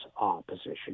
opposition